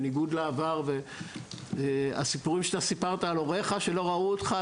בניגוד לעבר והסיפורים שאתה סיפרת כבהה על הוריך שלא ראו אותך,